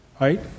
right